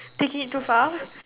take it too far